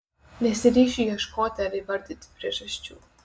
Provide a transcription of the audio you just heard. nesiryšiu ieškoti ar įvardyti priežasčių